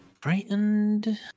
frightened